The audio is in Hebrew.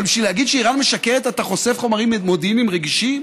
אבל בשביל להגיד שאיראן משקרת אתה חושף חומרים מודיעיניים רגישים?